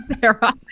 Sarah